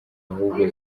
ahubwo